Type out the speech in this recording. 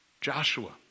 Joshua